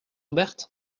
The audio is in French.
berthe